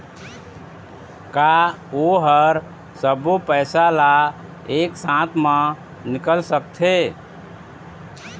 का ओ हर सब्बो पैसा ला एक साथ म निकल सकथे?